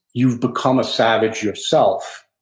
you've become a savage yourself.